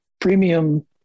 premium